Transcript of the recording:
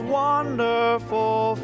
wonderful